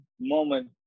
moment